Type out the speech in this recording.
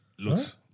Looks